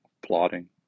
plotting